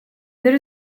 there